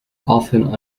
often